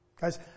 Guys